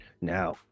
Now